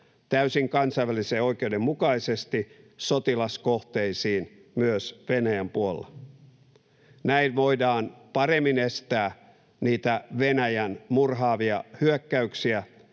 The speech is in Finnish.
täysin kansainvälisen oikeuden mukaisesti sotilaskohteisiin myös Venäjän puolella. Näin voidaan paremmin estää niitä Venäjän murhaavia hyökkäyksiä,